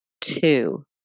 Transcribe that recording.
two